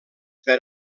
per